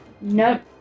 Nope